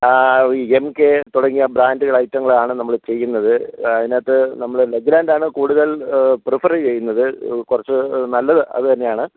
ഈ M K തുടങ്ങിയ branded ഐറ്റങ്ങളാണ് നമ്മള് ചെയ്യുന്നത് അതിനകത്ത് നമ്മള് ലെഗ്രാൻഡാണ് കൂടുതൽ പ്രിഫെറ് ചെയ്യുന്നത് കുറച്ച് നല്ലത് അത് തന്നെയാണ്